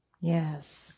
Yes